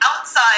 Outside